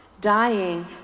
Dying